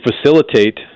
facilitate